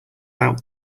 out